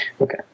Okay